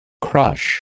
Crush